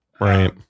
Right